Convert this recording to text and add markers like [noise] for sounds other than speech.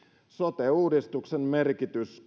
sote uudistuksen merkitys [unintelligible]